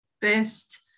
Best